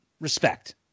respect